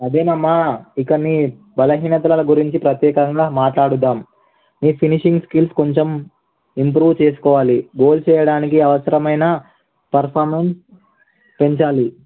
అదేనమ్మా ఇక ని బలహీనతల గురించి ప్రత్యేకంగా మాట్లాడదాం మీ ఫినిషింగ్ స్కిల్స్ కొంచెం ఇంప్రూవ్ చేసుకోవాలి గోల్ చేయడానికి అవసరమైన పర్ఫార్మెన్స్ పెంచాలి